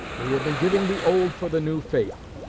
we have been giving the old for the new faith.